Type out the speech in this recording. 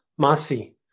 Masi